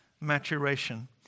maturation